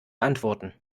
antworten